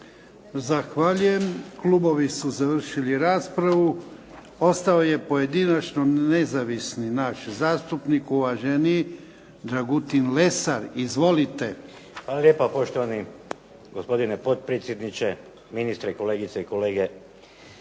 Zahvaljujem. Klubovi su završili raspravu. Ostao je pojedinačno nezavisni naš zastupnik, uvaženi Dragutin Lesar. Izvolite. **Lesar, Dragutin (Nezavisni)** Hvala lijepa poštovani gospodine potpredsjedniče, ministre, kolegice i kolege.